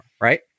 right